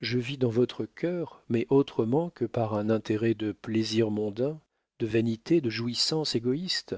je vis dans votre cœur mais autrement que par un intérêt de plaisir mondain de vanité de jouissance égoïste